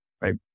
right